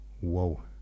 Whoa